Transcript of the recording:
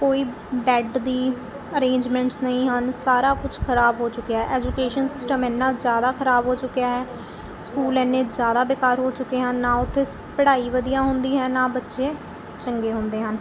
ਕੋਈ ਬੈੱਡ ਦੀ ਅਰੇਂਜਮੈਂਟਸ ਨਹੀਂ ਹਨ ਸਾਰਾ ਕੁਛ ਖਰਾਬ ਹੋ ਚੁੱਕਿਆ ਐਜੂਕੇਸ਼ਨ ਸਿਸਟਮ ਐਨਾ ਜ਼ਿਆਦਾ ਖਰਾਬ ਹੋ ਚੁੱਕਿਆ ਹੈ ਸਕੂਲ ਐਨੇ ਜ਼ਿਆਦਾ ਬੇਕਾਰ ਹੋ ਚੁੱਕੇ ਹਨ ਨਾ ਉੱਥੇ ਸ ਪੜ੍ਹਾਈ ਵਧੀਆ ਹੁੰਦੀ ਹੈ ਨਾ ਬੱਚੇ ਚੰਗੇ ਹੁੰਦੇ ਹਨ